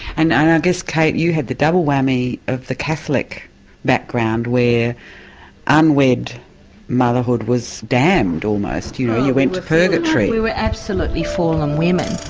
and i guess kate you had the double whammy of the catholic background where unwed motherhood was damned almost, you know you went to purgatory. we were absolutely fallen women.